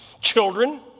children